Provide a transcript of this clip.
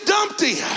Dumpty